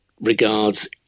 regards